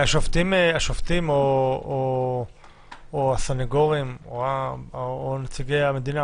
השופטים או הסנגורים או נציגי המדינה